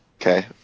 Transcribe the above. Okay